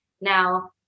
Now